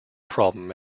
problem